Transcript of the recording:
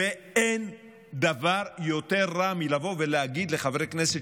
אין דבר יותר רע מלבוא ולהגיד לחברי הכנסת